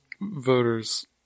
voters